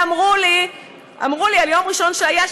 ואמרו לי על יום ראשון שהיה,